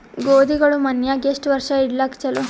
ಗೋಧಿಗಳು ಮನ್ಯಾಗ ಎಷ್ಟು ವರ್ಷ ಇಡಲಾಕ ಚಲೋ?